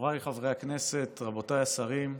חבריי חברי הכנסת, רבותיי השרים,